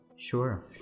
Sure